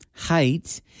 height